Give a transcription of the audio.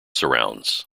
surrounds